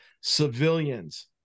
civilians